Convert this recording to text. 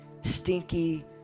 stinky